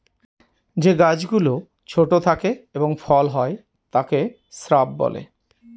যে গাছ গুলো ছোট থাকে এবং ফল হয় তাকে শ্রাব বলে